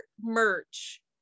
merch